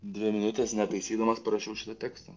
dvi minutes netaisydamas parašiau šitą tekstą